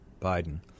Biden